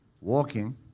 walking